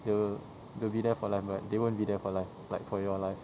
the they'll be there for life but they won't be there for life like for your life